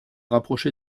rapproché